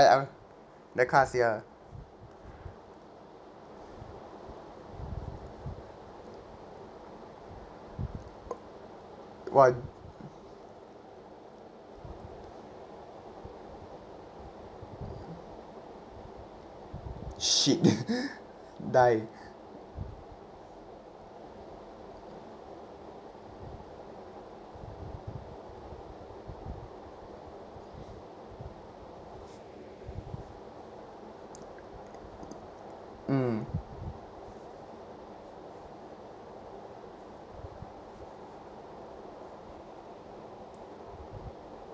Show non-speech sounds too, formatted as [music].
I the car seat ah what shit [laughs] die mm